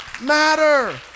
matter